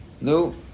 No